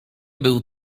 był